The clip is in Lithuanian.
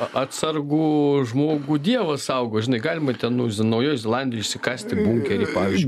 atsargų žmogų dievas saugo žinai galima ten nu zi naujojoj zelandijoj išsikasti bunkerį pavyzdžiui